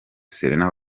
serena